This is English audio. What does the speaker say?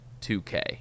2k